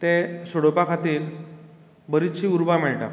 ते सोडोवपा खातीर बरीचशी उर्बा मेळटा